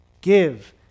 Give